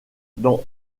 dans